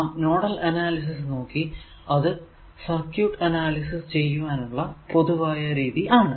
നാം nodal analysis നോക്കി അത് സർക്യൂട് അനാലിസിസ് ചെയ്യുവാനുള്ള പൊതുവായ രീതി ആണ്